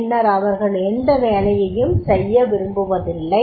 பின்னர் அவர்கள் எந்த வேலையையும் செய்ய விரும்பிவதில்லை